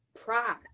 pride